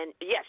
yes